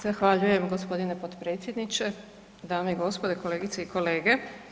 Zahvaljujem g. potpredsjedniče, dame i gospodo, kolegice i kolege.